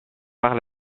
par